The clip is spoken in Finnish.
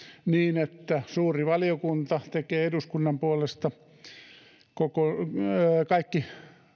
niin että suuri valiokunta tekee eduskunnan puolesta kaikki